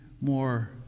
more